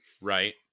Right